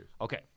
Okay